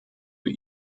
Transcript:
für